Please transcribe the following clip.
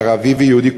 ערבי ויהודי,